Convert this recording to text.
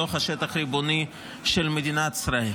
בתוך השטח הריבוני של מדינת ישראל.